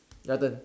your turn